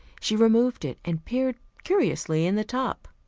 she removed it and peered curiously in the top.